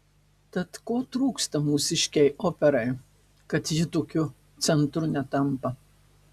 tad ko trūksta mūsiškei operai kad ji tokiu centru netampa